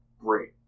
great